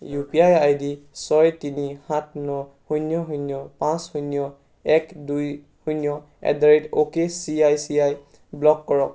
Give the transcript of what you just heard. U P I ID ছয় তিনি সাত ন শূন্য শূন্য পাঁচ শূন্য এক দুই শূন্য at the rate okay C I C I block কৰক